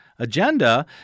agenda